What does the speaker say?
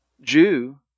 Jew